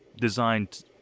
designed